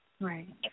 Right